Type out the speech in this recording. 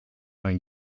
ein